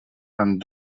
and